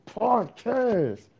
podcast